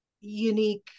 unique